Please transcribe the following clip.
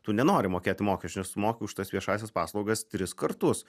tu nenori mokėti mokesčių nes tu moki už tas viešąsias paslaugas tris kartus